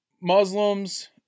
Muslims